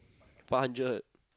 five hundred